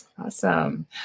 Awesome